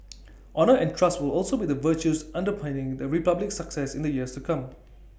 honour and trust will also be the virtues underpinning the republic's success in the years to come